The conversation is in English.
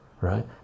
right